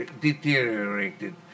deteriorated